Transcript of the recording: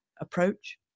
approach